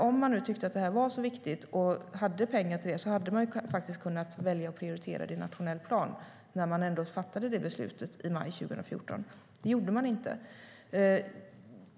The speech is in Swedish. Om man nu tyckte att det här var så viktigt och hade pengar till det hade man faktiskt kunnat välja att prioritera det i nationell plan när man ändå fattade det beslutet i maj 2014. Det gjorde man inte.